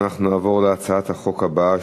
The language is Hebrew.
אנחנו נעבור להצעת החוק הבאה,